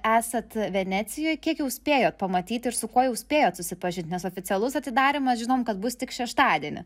esat venecijoj kiek jau spėjot pamatyt ir su kuo jau spėjot susipažint nes oficialus atidarymas žinom kad bus tik šeštadienį